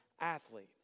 athlete